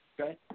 Okay